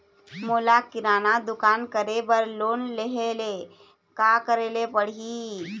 मोला किराना दुकान करे बर लोन लेहेले का करेले पड़ही?